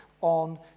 on